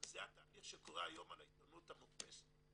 זה התהליך שקורה היום בעיתונות המודפסת.